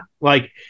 Like-